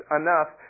enough